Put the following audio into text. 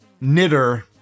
Knitter